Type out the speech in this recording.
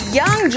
young